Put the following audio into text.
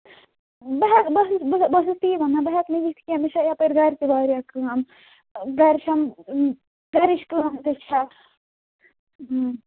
بہٕ ہٮ۪کہٕ بہٕ ٲسٕس بہٕ ٲسٕس تی وَنان بہٕ ہٮ۪کہٕ نہٕ یِتھ کینٛہہ مےٚ چھِ یپٲرۍ گرِ تہِ واریاہ کٲم گرِ چھَم گَرِچ کٲم تہِ چھےٚ